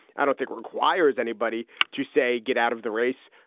i don't think requires anybody to say get out of the race.